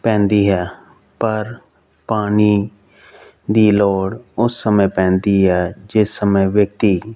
ਪੈਂਦੀ ਆ ਪਰ ਪਾਣੀ ਦੀ ਲੋੜ ਉਸ ਸਮੇਂ ਪੈਂਦੀ ਹੈ ਜਿਸ ਸਮੇਂ ਵਿਅਕਤੀ